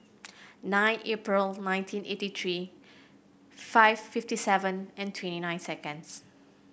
nine April nineteen eighty three five fifty seven and twenty nine seconds